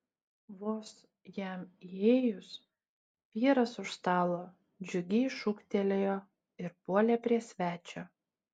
vos jam įėjus vyras už stalo džiugiai šūktelėjo ir puolė prie svečio